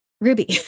Ruby